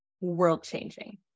world-changing